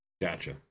Gotcha